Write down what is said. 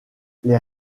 les